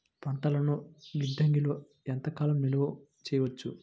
పంటలను గిడ్డంగిలలో ఎంత కాలం నిలవ చెయ్యవచ్చు?